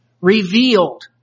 revealed